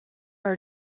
are